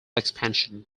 expansion